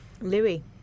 Louis